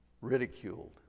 ridiculed